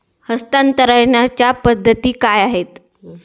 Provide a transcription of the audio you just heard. हस्तांतरणाच्या पद्धती काय आहेत?